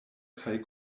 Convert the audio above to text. kaj